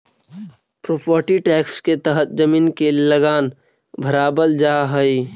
property tax के तहत जमीन के लगान भरवावल जा हई